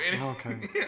Okay